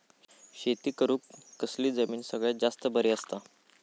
शेती करुक कसली जमीन सगळ्यात जास्त बरी असता?